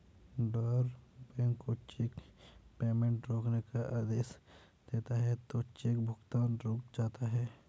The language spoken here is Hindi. ड्रॉअर बैंक को चेक पेमेंट रोकने का आदेश देता है तो चेक भुगतान रुक जाता है